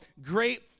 Great